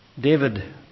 David